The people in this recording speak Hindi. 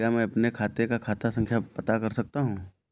क्या मैं अपने खाते का खाता संख्या पता कर सकता हूँ?